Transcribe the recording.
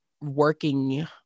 working